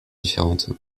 différente